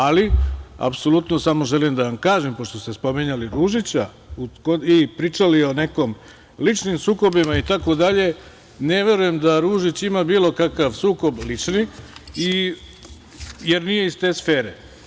Apsolutno samo želim da vam kažem, pošto ste spominjali Ružića i pričali o nekim ličnim sukobima itd, ne verujem da Ružić ima bilo kakav sukob lični, jer nije iz te sfere.